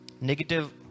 Negative